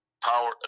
power